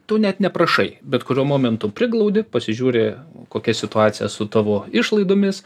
tu net neprašai bet kuriuo momentu priglaudi pasižiūri kokia situacija su tavo išlaidomis